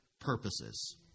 purposes